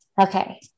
okay